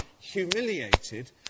humiliated